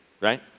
right